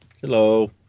Hello